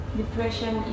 depression